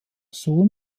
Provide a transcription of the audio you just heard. sohn